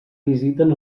visiten